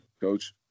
coach